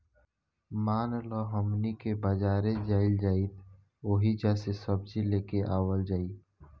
मान ल हमनी के बजारे जाइल जाइत ओहिजा से सब्जी लेके आवल जाई